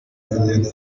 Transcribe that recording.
agenda